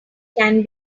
can